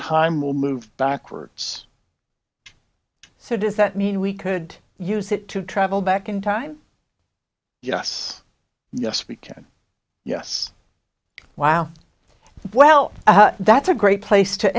time will move backwards so does that mean we could use it to travel back in time yes yes we can yes wow well that's a great place to